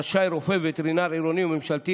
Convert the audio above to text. רשאי רופא וטרינר עירוני וממשלתי,